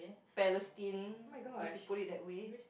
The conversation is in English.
Palestine if you put it that way